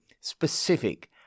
specific